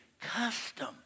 custom